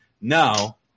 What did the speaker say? no